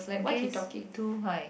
gaze too high